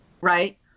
Right